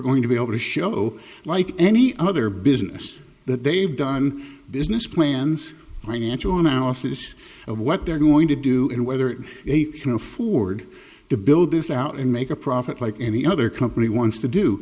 going to be able to show like any other business that they've done business plans financial analysis of what they're going to do and whether they can afford to build this out and make a profit like any other company wants to do